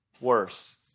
worse